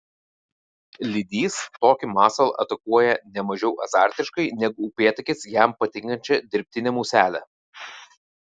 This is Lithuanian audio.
lydys tokį masalą atakuoja ne mažiau azartiškai negu upėtakis jam patinkančią dirbtinę muselę